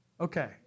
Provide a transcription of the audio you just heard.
Okay